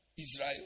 Israel